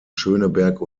schöneberg